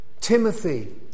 Timothy